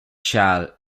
charles